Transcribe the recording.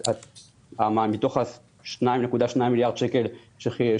בגלל התקציב ההמשכי,